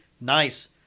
nice